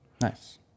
Nice